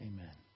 Amen